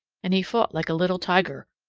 and he fought like a little tiger,